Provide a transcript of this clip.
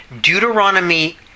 Deuteronomy